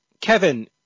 Kevin